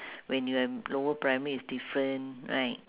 when you are lower primary it's different right